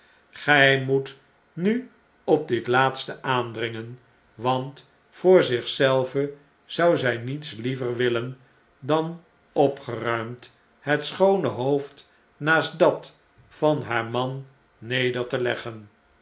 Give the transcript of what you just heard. gij moet nu op dit laatste aandringen want voor zich zelve zouzynietsliever willen dan opgeruimd het schoone hoofd naast dat van haar man neder te leggen